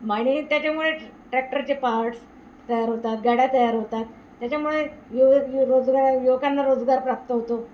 म आणि त्याच्यामुळे ट्रॅक्टरचे पार्ट्स तयार होतात गाड्या तयार होतात त्याच्यामुळे युवा रोजगारा युवकांना रोजगार प्राप्त होतो